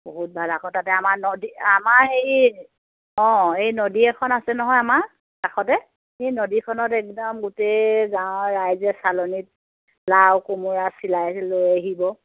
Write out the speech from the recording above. বহুত ভাল আকৌ তাতে আমাৰ নদী আমাৰ হেৰি অঁ এই নদী এখন আছে নহয় আমাৰ কাষতে এই নদীখনত একদম গোটেই গাঁৱৰ ৰাইজে চালনীত লাও কোমোৰা চিলাই লৈ আহিব